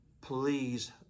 please